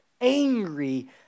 angry